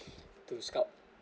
to scout